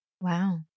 wow